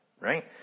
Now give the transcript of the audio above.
right